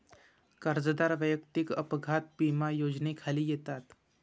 कर्जदार वैयक्तिक अपघात विमा योजनेखाली येतात